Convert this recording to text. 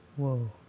Whoa